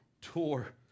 tour